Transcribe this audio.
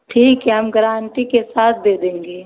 ठीक है हम ग्रान्टी के साथ दे देंगे